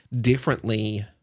differently